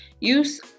use